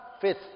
fifth